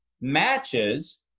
matches